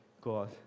God